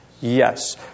Yes